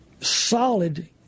solid